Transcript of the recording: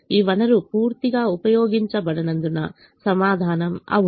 ఈ వనరు పూర్తిగా ఉపయోగించబడనందున సమాధానం అవును